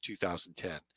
2010